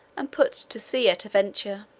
and puts to sea at a venture.